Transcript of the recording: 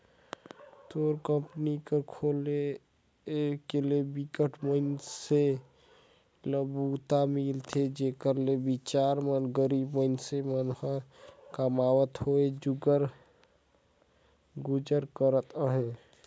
तोर कंपनी कर खोले ले बिकट मइनसे ल बूता मिले हे जेखर ले बिचार गरीब मइनसे मन ह कमावत होय गुजर करत अहे